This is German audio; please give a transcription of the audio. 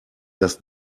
das